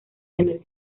tener